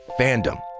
Fandom